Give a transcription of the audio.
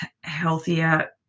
healthier